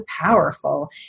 powerful